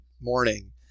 morning